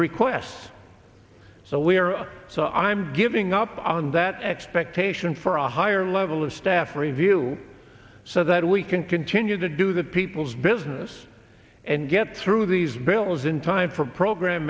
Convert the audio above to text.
yes so we are so i'm giving up on that expectation for a higher level of staff review so that we can continue to do the people's business and get through these bills in time for program